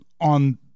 on